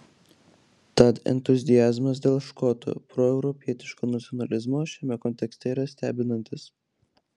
tad entuziazmas dėl škotų proeuropietiško nacionalizmo šiame kontekste yra stebinantis